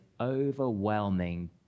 overwhelming